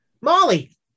Molly